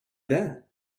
that